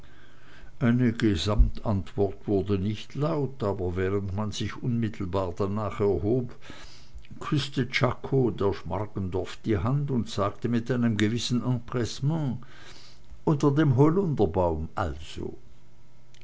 eine gesamtantwort wurde nicht laut aber während man sich unmittelbar danach erhob küßte czako der schmargendorf die hand und sagte mit einem gewissen empressement unter dem holunderbaum also